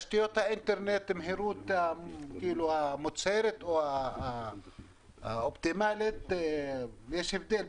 גם תשתיות האינטרנט הן כאלה שיש הבדל גדול